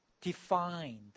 defined